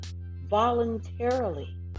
voluntarily